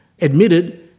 admitted